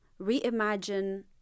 reimagine